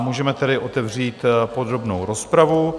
Můžeme tedy otevřít podrobnou rozpravu.